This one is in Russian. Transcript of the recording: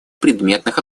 предметных